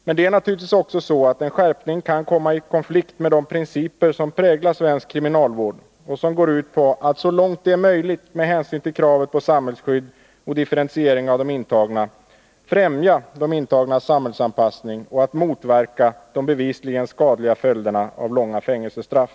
Men det är naturligtvis också så att en skärpning kan komma i konflikt med de principer som präglar svensk kriminalvård och som går ut på att, så långt det är möjligt med hänsyn till kravet på samhällsskydd och differentiering av de intagna, främja de intagnas samhällsanpassning och motverka de skadliga följderna av långa fängelsestraff.